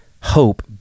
hope